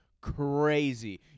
crazy